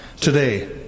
Today